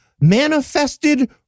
manifested